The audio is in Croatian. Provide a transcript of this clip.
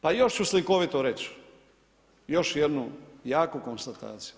Pa još ću slikovito reći još jednu jaku konstataciju.